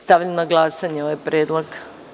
Stavljam na glasanje ovaj predlog.